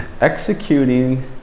executing